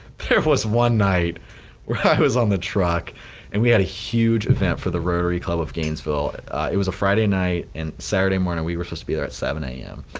kind of was one night when i was on the truck and we had a huge event for the rotary club of gainesville it was a friday night and saturday morning we were supposed to be there at seven am.